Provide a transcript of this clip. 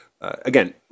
Again